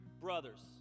brothers